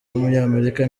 w’umunyamerika